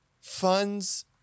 funds